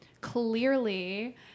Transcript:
clearly